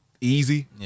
easy